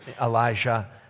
Elijah